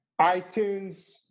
iTunes